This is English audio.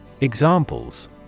Examples